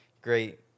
great